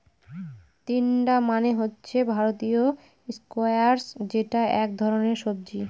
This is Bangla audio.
তিনডা মানে হচ্ছে ভারতীয় স্কোয়াশ যেটা এক ধরনের সবজি